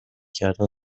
کردن